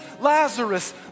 Lazarus